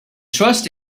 trust